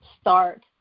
start